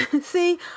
See